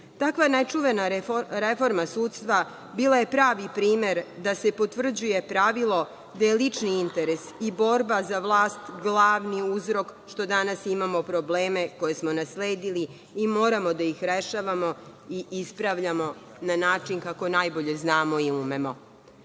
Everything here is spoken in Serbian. nečuvena reforma sudstva bila je pravi primer da se potvrđuje pravilo da je lični interes i borba za vlast glavni uzrok što danas imamo probleme koje smo nasledili i moramo da ih rešavamo i ispravljamo na način kako najbolje znamo i